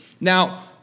Now